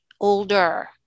older